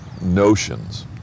notions